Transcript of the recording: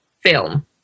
film